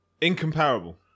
incomparable